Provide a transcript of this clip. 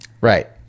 right